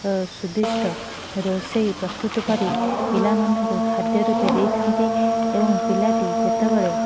ଓ ସ୍ଵାଦିଷ୍ଟ ରୋଷେଇ ପ୍ରସ୍ତୁତ କରି ପିଲାମାନଙ୍କୁ ଖାଦ୍ୟ ରୂପେ ଦେଇଥାନ୍ତି ଏବଂ ପିଲାଟି ଯେତେବେଳେ